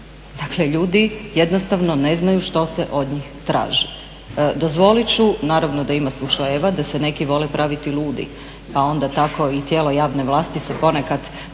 Dakle, ljudi jednostavno ne znaju što se od njih traži. Dozvolit ću naravno da ima slučajeva da se neki vole praviti ludi pa onda tako i tijelo javne vlasti se ponekad